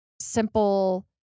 simple